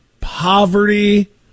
Poverty